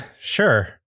sure